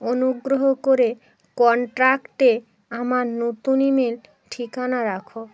অনুগ্রহ করে কন্ট্রাক্টে আমার নতুন ইমেল ঠিকানা রাখো